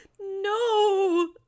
no